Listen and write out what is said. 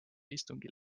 istungil